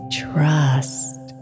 trust